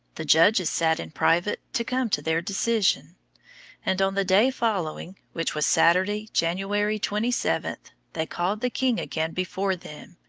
the judges sat in private to come to their decision and on the day following, which was saturday, january twenty seventh, they called the king again before them,